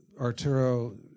Arturo